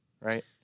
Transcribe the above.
right